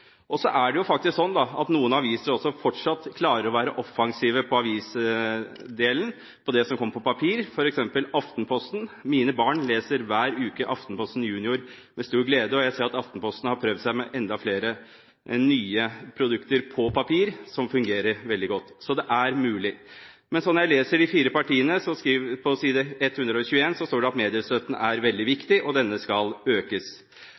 Og så er det faktisk slik at noen aviser fortsatt klarer å være offensive på avisdelen, på det som kommer på papir, f.eks. Aftenposten. Mine barn leser hver uke Aftenposten Junior med stor glede, og jeg ser at Aftenposten har prøvd seg med enda flere nye produkter på papir som fungerer veldig godt. Så det er mulig. Slik jeg leser de fire partiene på s. 121, står det at mediestøtten er veldig viktig, og at denne skal økes.